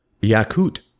Yakut